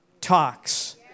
talks